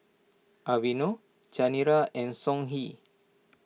Aveeno Chanira and Songhe